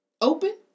open